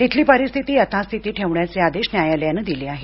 तिथली परिस्थिती यथास्थिती ठेवण्याचे आदेश न्यायालयानं दिले आहेत